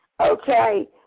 Okay